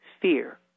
fear